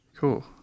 Cool